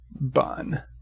bun